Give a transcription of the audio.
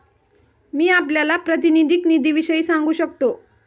मी आपल्याला प्रातिनिधिक निधीविषयी सांगू शकतो